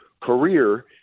career